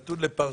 זה נתון לפרשנות.